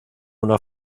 una